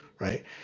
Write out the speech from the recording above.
Right